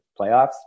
playoffs